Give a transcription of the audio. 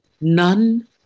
None